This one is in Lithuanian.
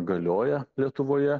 galioja lietuvoje